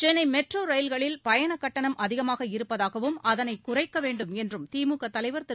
Chennai metro ரயில்களில் பயணக் கட்டணம் அதிகமாக இருப்பதாகவும் அதனை குறைக்க வேண்டும் என்று திமுக தலைவர் திரு